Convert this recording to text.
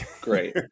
great